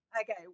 Okay